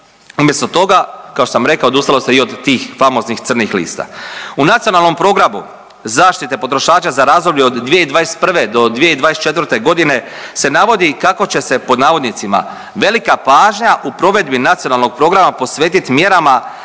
umjesto toga, kao što sam rekao, odustalo se i od tih famoznih crnih lista. U Nacionalnom programu zaštite potrošača za razdoblje od 2021. do 2024.g. se navodi kako će se pod navodnicima velika pažnja u provedbi nacionalnog programa posvetit mjerama koje